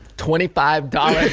twenty five